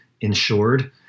insured